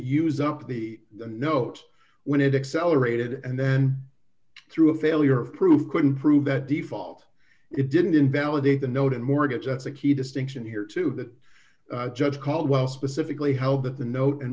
use up the note when it accelerated and then through a failure of proof couldn't prove that default it didn't invalidate the note and mortgage that's a key distinction here too that judge caldwell specifically held that the note and